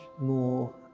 more